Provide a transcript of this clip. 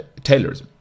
Taylorism